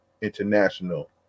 international